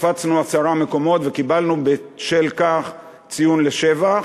קפצנו עשרה מקומות וקיבלנו בשל כך ציון לשבח.